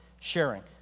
sharing